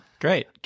great